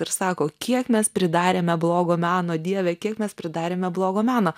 ir sako kiek mes pridarėme blogo meno dieve kiek mes pridarėme blogo meno